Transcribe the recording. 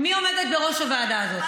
מי עומדת בראש הוועדה הזאת?